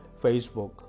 Facebook